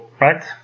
right